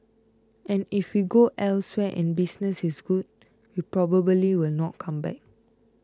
and if we go elsewhere and business is good we probably will not come back